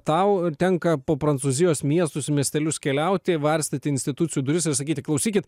tau tenka po prancūzijos miestus miestelius keliauti varstyti institucijų duris ir sakyti klausykit